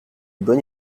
bonne